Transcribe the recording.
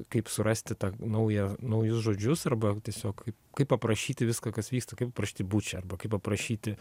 kaip surasti tą naują naujus žodžius arba tiesiog kaip aprašyti viską kas vyksta kaip aprašyti būčią arba kaip aprašyti